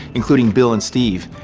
including bill and steve.